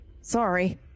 sorry